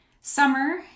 summer